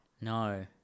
No